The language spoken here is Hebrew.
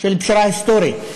של פשרה היסטורית,